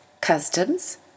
customs